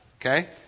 Okay